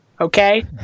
okay